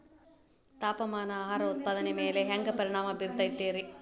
ತಾಪಮಾನ ಆಹಾರ ಉತ್ಪಾದನೆಯ ಮ್ಯಾಲೆ ಹ್ಯಾಂಗ ಪರಿಣಾಮ ಬೇರುತೈತ ರೇ?